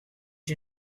you